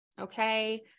okay